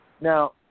Now